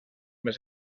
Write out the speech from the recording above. més